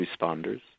responders